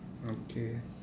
okay